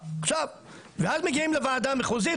ואז מגיעים לוועדה המחוזית,